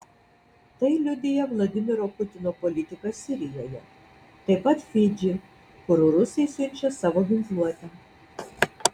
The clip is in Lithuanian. tai liudija vladimiro putino politika sirijoje taip pat fidži kur rusai siunčia savo ginkluotę